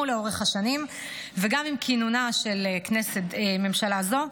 לאורך השנים וגם עם כינונה של ממשלה זו,